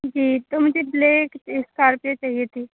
جی تو مجھے black Scorpio چاہیے تھی